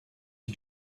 you